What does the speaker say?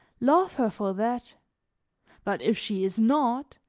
love her for that but if she is not,